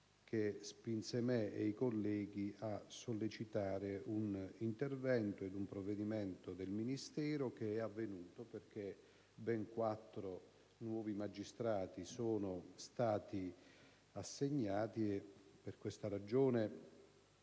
che spinse me e i colleghi a sollecitare un intervento e un provvedimento del Ministero, che è avvenuto perché ben quattro nuovi magistrati sono stati assegnati. Per questa ragione